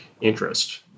interest